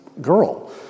girl